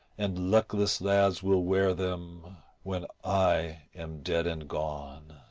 and luckless lads will wear them when i am dead and gone.